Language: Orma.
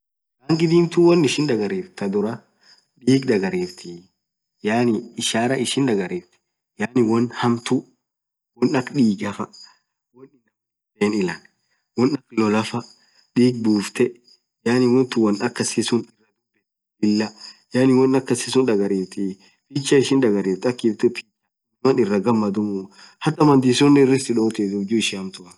rangii dhimthuu won ishin dhagariftu thaa dhurah dhig dhagariftii yaani isharaa ishin dhagariftii yaani won hamtuuu won akhaa dhigaah won akha lolah faaa dhig bufthee yaani wonthun won akhasi suun laah yaani won akasisun dhagariftii lichaa ishin dhariftiii akifthu won iraah ghamdhun hataa madhisonen irthi sidhothi juu ishin hamtuatiii